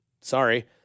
sorry